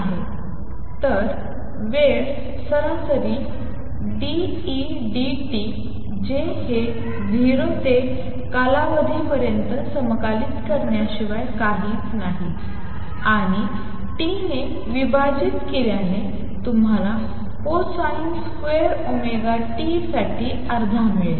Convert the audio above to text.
आहे तर वेळ सरासरी d E d t जे हे 0 ते कालावधी पर्यंत समाकलित करण्याशिवाय काहीच नाही आणि T ने विभाजित केल्याने तुम्हाला कोसाइन स्क्वेअर ओमेगा टी साठी अर्धा मिळतो